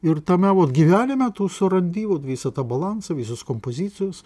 ir tame gyvenime tu surandi vat visą tą balansą visos kompozicijos